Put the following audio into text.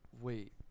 Wait